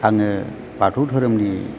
आङो बाथौ धोरोमनि